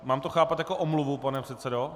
Mám to chápat jako omluvu, pane předsedo?